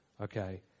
okay